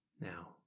Now